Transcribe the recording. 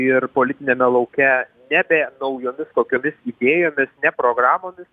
ir politiniame lauke nebe naujomis kokiomis įėjomis ne programomis